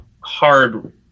hard